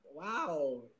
Wow